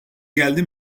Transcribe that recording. geldi